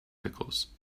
pickles